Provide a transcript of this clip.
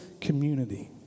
community